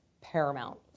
paramount